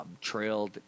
trailed